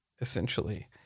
Essentially